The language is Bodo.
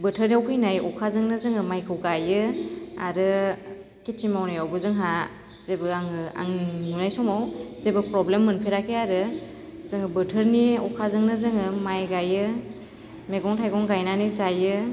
बोथोराव फैनाय अखाजोंनो जोङो माइखौ गायो आरो खिथि मावनायावबो जोंहा जेबो आङो आं नुनाय समाव जेबो प्रब्लेम मोनफेराखै आरो जों बोथोरनि अखाजोंनो जोङो माइ गाइयो मैगं थायगं गायनानै जायो